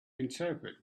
interpret